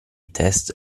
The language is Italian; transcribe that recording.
test